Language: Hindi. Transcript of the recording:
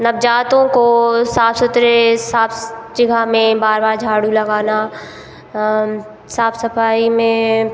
नवजातों को साफ़ सुथरे साफ़ जगह में बार बार झाड़ू लगाना हम साफ़ सफाई में